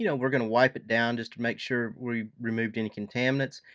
you know we're gonna wipe it down just to make sure we removed any contaminates,